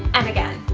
and again.